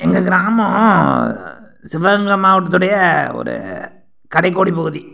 எங்கள் கிராமம் சிவகங்கை மாவட்டத்துடைய ஒரு கடைக்கோடி பகுதி